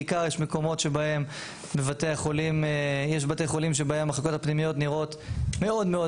בעיקר יש בתי חולים שבהם המחלקות הפנימיות נראות מאוד מאוד